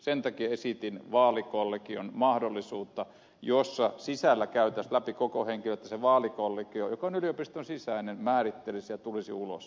sen takia esitin vaalikollegion mahdollisuutta jossa sisällä käytäisiin läpi kaikki henkilöt se vaalikollegio joka on yliopiston sisäinen määrittelisi ja tulisi ulos sitten